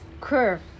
curve